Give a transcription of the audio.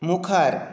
मुखार